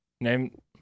Name